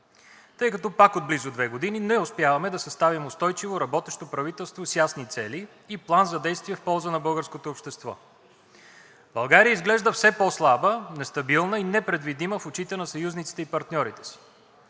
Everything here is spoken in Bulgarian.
тъй като пак от близо две години не успяваме да съставим устойчиво, работещо правителство с ясни цели и план за действие в полза на българското общество. България изглежда все по-слаба, нестабилна и непредвидима в очите на съюзниците и партньорите си.